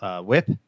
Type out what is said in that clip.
whip